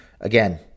again